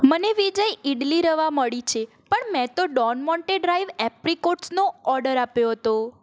મને વિજય ઈડલી રવા મળી છે પણ મેં તો ડોન મોન્ટે ડ્રાઈડ એપ્રીકોટ્સનો ઓર્ડર આપ્યો હતો